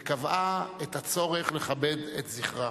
וקבעה את הצורך לכבד את זכרם.